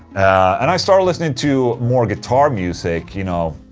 and i started listening to more guitar music, you know.